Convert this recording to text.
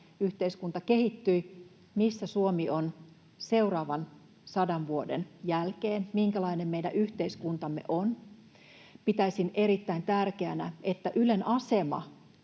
yhteiskunta kehittyi, mutta missä Suomi on seuraavan sadan vuoden jälkeen, minkälainen meidän yhteiskuntamme on? Pitäisin erittäin tärkeänä Ylen asemaa